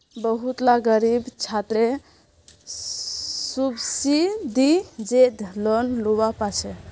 बहुत ला ग़रीब छात्रे सुब्सिदिज़ेद लोन लुआ पाछे